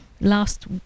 last